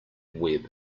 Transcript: web